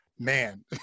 man